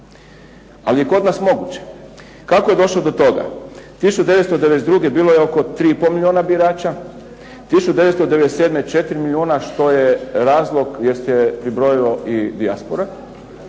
Ali je kod nas moguće. Kako je došlo do toga? 1992. bilo je oko 3,5 milijuna birača, 1997. 4 milijuna što je razlog jer se pribrojila i dijaspora.